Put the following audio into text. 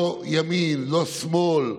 לא ימין, לא שמאל,